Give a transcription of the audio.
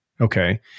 Okay